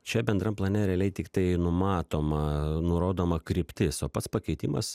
čia bendram plane realiai tiktai numatoma nurodoma kryptis o pats pakeitimas